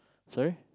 sorry